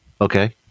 Okay